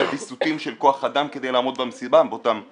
ויסותים של כוח אדם כדי לעמוד במשימה באותו תחום.